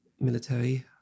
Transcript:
military